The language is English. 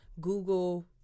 Google